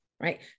Right